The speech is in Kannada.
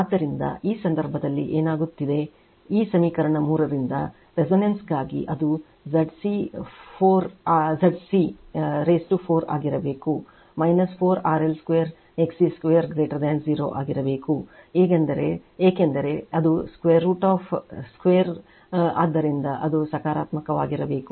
ಆದ್ದರಿಂದ ಈ ಸಂದರ್ಭದಲ್ಲಿ ಏನಾಗುತ್ತಿದೆ ಈ ಸಮೀಕರಣ 3 ರಿಂದ resonance ಗಾಗಿ ಅದು ZC 4 ZC ರೆಸ್ಟು 4 ಆಗಿರಬೇಕು 4 RL2 XC2 0 ಆಗಿರಬೇಕು ಏಕೆಂದರೆ ಅದು 2√ ಆದ್ದರಿಂದ ಅದು ಸಕಾರಾತ್ಮಕವಾಗಿರಬೇಕು